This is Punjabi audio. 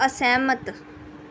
ਅਸਹਿਮਤ